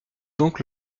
donc